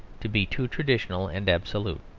to be too traditional and absolute.